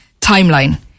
timeline